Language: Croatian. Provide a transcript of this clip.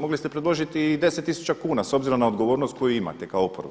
Mogli ste predložiti i 10 tisuća kuna s obzirom na odgovornost koju imate kao oporba